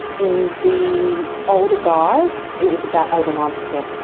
in the older guys it was about eight and um percent